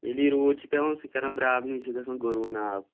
ییٚلہِ یہِ روٗد چھِ پٮ۪وان سُہ کَران پرٛابلِم یہِ چھِ گژھان گٔروٗن آب